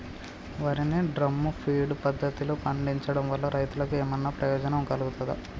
వరి ని drum feed పద్ధతిలో పండించడం వల్ల రైతులకు ఏమన్నా ప్రయోజనం కలుగుతదా?